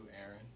Aaron